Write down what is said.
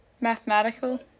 Mathematical